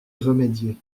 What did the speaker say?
remédier